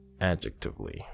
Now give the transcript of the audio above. adjectively